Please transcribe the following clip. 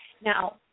Now